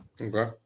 Okay